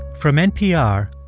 from npr,